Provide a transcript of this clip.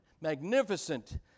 magnificent